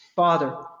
Father